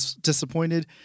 disappointed